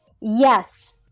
Yes